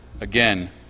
again